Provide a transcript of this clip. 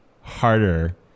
harder